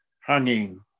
hanging